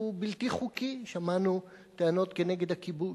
הוא בלתי חוקי, שמענו טענות כנגד "הכיבוש"